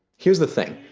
here's the thing.